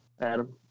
Adam